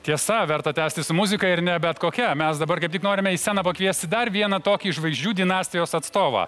tiesa verta tęsti su muzika ir ne bet kokia mes dabar tik norime į sceną pakviesti dar vieną tokį žvaigždžių dinastijos atstovą